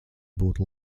būtu